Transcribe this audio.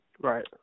Right